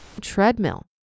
treadmill